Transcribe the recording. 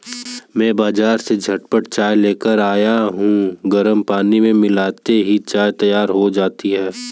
मैं बाजार से झटपट चाय लेकर आया हूं गर्म पानी में मिलाते ही चाय तैयार हो जाती है